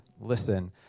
listen